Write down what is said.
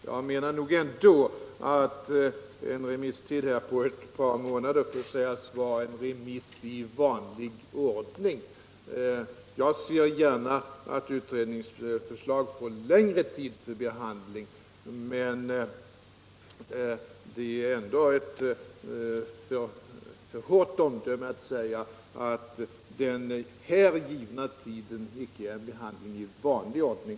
Herr talman! Jag menar nog ändå att ett par månader är en remisstid i vanlig ordning. Jag ser gärna att remisstider blir längre, men det är ändå ett för hårt omdöme att säga att den här givna tiden icke är en behandling i vanlig ordning.